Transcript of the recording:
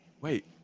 wait